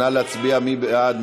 נא להצביע, מי בעד?